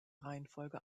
reihenfolge